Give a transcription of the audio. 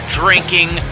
drinking